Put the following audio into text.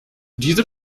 diese